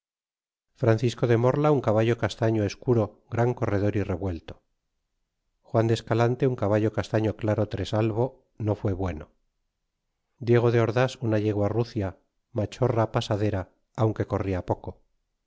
francisco de morla un caballo castaño escuro gran corredor y revuelto juan de escalante un caballo castaño claro resalvo no fue bueno diego de ordas una yegua rucia machorra pasadera aunque corria poco